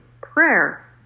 prayer